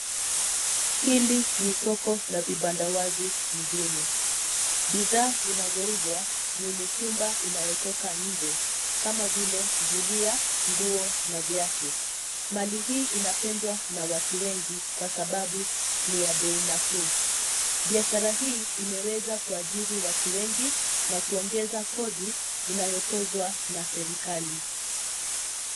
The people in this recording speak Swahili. Hili ni soko la vibanda wazi mjini. Bidhaa zinazouzwa ni mitumba inayotoka nje, kama vile zulia, nguo na viatu. Mali hii inapendwa na watu wengi kwa sababu ni ya bei nafuu. Biashara hii imeweza kuajiri watu wengi na kuongeza kodi inayotozwa na serikali.